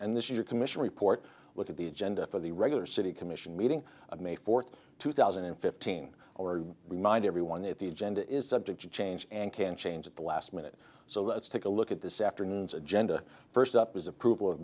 and this is a commission report look at the agenda for the regular city commission meeting may fourth two thousand and fifteen or remind everyone that the agenda is subject to change and can change at the last minute so let's take a look at this afternoon's agenda first up is approval of